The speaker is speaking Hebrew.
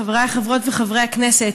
חבריי חברות וחברי הכנסת,